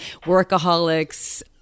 workaholics